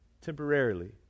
temporarily